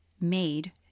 made